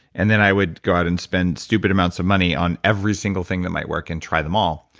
and then i would go out and spend stupid amounts of money on every single thing that might work and try them all.